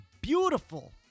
beautiful